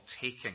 taking